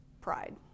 pride